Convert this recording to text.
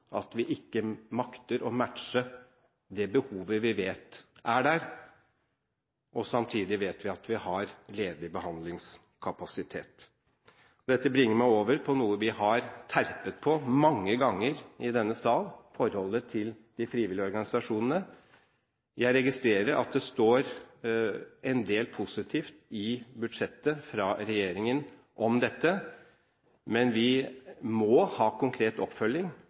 at vi ikke makter å matche det behovet vi vet er der. Samtidig vet vi at vi har ledig behandlingskapasitet. Dette bringer meg over på noe vi har terpet på mange ganger i denne sal: forholdet til de frivillige organisasjonene. Jeg registrerer at det står en del positivt i budsjettet fra regjeringen om dette, men det må få konkret oppfølging,